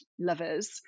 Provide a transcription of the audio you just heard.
lovers